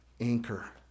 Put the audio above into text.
anchor